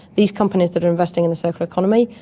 these companies that are investing in the circular economy,